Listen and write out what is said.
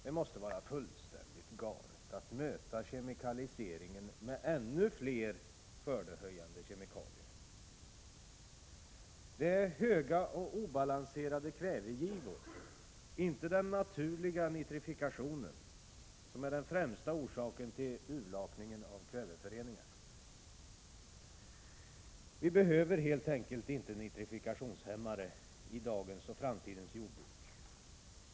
Det måste vara fullständigt galet att möta kemikaliseringen med ännu fler skördehöjande kemikalier. Det är höga och obalanserade kvävegivor — inte den naturliga nitrifikationen — som är den främsta orsaken till urlakningen av kväveföreningar. Vi behöver helt enkelt inte nitrifikationshämmare i dagens och framtidens jordbruk.